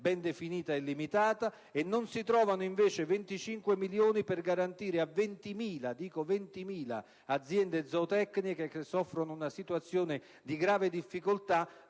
ben definita e limitata, e non si trovano invece 25 milioni per garantire a 20.000 ‑ dico 20.000 ‑ aziende zootecniche, che soffrono una situazione di grave difficoltà,